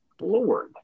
Lord